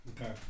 Okay